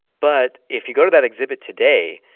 but if you go to that exhibit today,